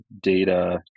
data